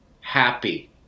happy